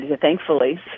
thankfully